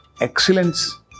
excellence